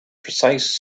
precise